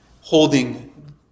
holding